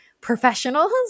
professionals